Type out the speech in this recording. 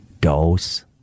dose